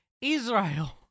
israel